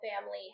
family